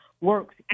works